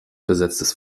besetztes